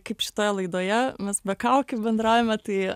kaip šitoje laidoje mes be kaukių bendraujame tai